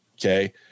Okay